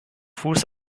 fuß